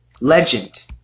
Legend